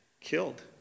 Killed